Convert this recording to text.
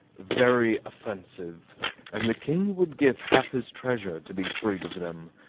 very offensive and the king would give half his treasure to be freed of them,